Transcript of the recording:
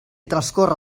transcorre